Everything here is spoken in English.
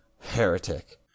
heretic